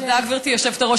תודה, גברתי היושבת-ראש.